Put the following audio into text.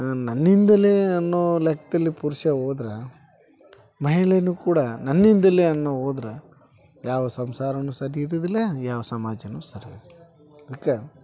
ನನ್ನಿಂದಲೇ ಅನ್ನೋ ಲೆಕ್ದಲ್ಲಿ ಪುರುಷ ಹೋದ್ರ ಮಹಿಳೆನೂ ಕೂಡ ನನ್ನಿಂದಲೇ ಅನ್ನೋ ಹೋದ್ರ ಯಾವ ಸಂಸಾರನೂ ಸರಿಯಿರುವುದಿಲ್ಲ ಯಾವ ಸಮಾಜನೂ ಸರಿಯಿರುವುದಿಲ್ಲ ಅದ್ಕೆ